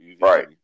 Right